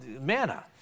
manna